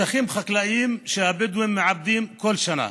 של שטחים חקלאיים שהבדואים מעבדים כל שנה.